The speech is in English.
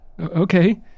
Okay